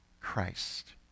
Christ